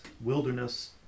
wilderness